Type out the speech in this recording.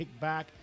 kickback